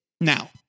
Now